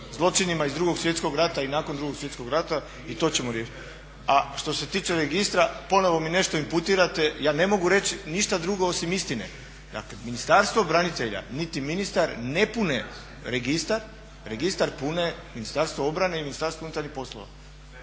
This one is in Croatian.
zločinima iz Drugog svjetskog rata i nakon Drugog svjetskog rata i to ćemo riješiti. A što se tiče registra ponovo mi nešto imputirate, ja ne mogu reći ništa drugo osim istine. Dakle Ministarstvo branitelja niti ministar ne pune registar, registar pune Ministarstvo obrane i MUP. Hvala.